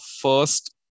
first